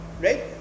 right